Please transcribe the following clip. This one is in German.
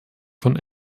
von